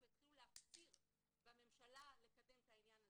והתחילו להפציר בממשלה לקדם את העניין הזה.